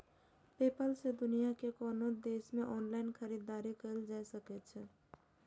PayPal सं दुनिया के कोनो देश मे ऑनलाइन खरीदारी कैल जा सकै छै